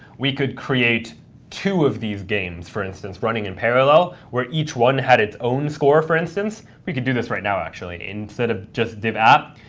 we could create two of these games, for instance, running in parallel, where each one had its own score, for instance. we could do this right now, actually. instead of just div app,